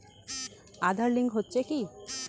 Aadhaar link হচ্ছে কি?